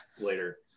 later